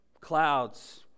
Clouds